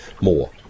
more